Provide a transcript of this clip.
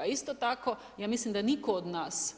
A isto tako ja mislim da nitko od nas